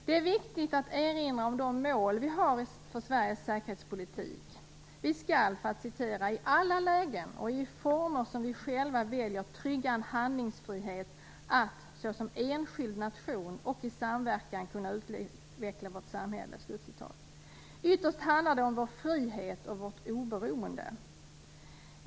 Det är viktigt att erinra om de mål som vi har för Sveriges säkerhetspolitik. Vi skall "i alla lägen och i former som vi själva väljer trygga en handlingsfrihet att - såsom enskild nation och i samverkan - kunna utveckla vårt samhälle". Ytterst handlar det om vår frihet och vårt oberoende.